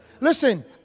Listen